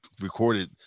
recorded